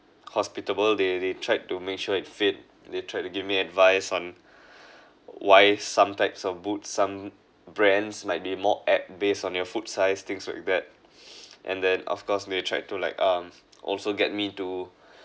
hospitable they they tried to make sure it fit they tried to give me advice on why some types of boots some brands might be more apt based on your foot size things like that and then of course they tried to like um also get me to